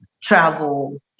travel